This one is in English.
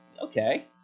okay